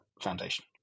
Foundation